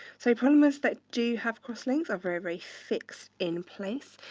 so polymers that do have cross links are very, very fixed in place.